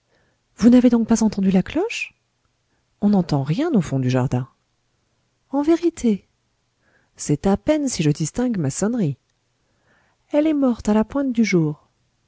vous n'avez donc pas entendu la cloche on n'entend rien au fond du jardin en vérité c'est à peine si je distingue ma sonnerie elle est morte à la pointe du jour